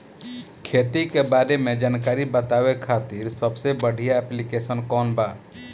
खेती के बारे में जानकारी बतावे खातिर सबसे बढ़िया ऐप्लिकेशन कौन बा?